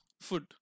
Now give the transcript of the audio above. Food